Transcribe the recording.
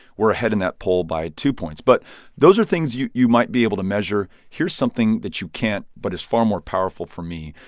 we're ahead in that poll by two points. but those are things you you might be able to measure. here's something that you can't but is far more powerful for me.